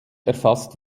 erfasst